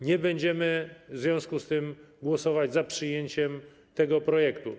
Nie będziemy w związku z tym głosować za przyjęciem tego projektu.